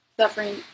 suffering